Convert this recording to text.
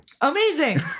Amazing